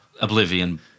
Oblivion